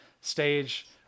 stage